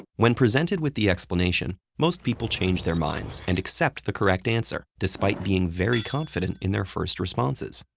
when presented with the explanation, most people change their minds and accept the correct answer, despite being very confident in their first responses.